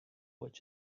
which